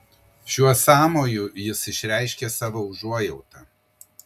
šiuo sąmoju jis išreiškė savo užuojautą